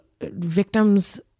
victims